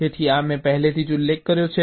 તેથી આ મેં પહેલેથી જ ઉલ્લેખ કર્યો છે